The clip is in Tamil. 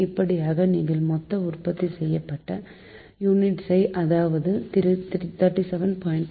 இப்படியாக நீங்கள் மொத்த உற்பத்தி செய்யப்பட்ட யூனிட்ஸ் ஐ அதாவது இங்கே 37